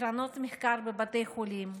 קרנות מחקר בבתי חולים,